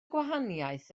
gwahaniaeth